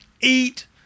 eat